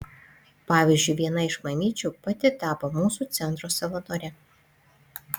pavyzdžiui viena iš mamyčių pati tapo mūsų centro savanore